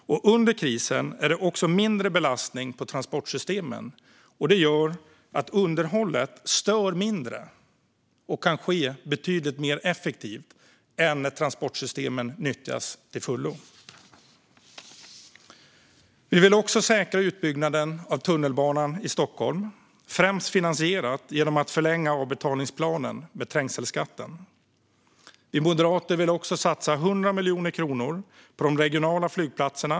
Under krisen är det också mindre belastning på transportsystemen. Det gör att underhållet stör mindre och kan ske betydligt effektivare än när transportsystemen nyttjas till fullo. Vi vill också säkra utbyggnaden av tunnelbanan i Stockholm, främst finansierat genom att förlänga avbetalningsplanen med trängselskatten. Vi moderater vill även satsa 100 miljoner kronor på de regionala flygplatserna.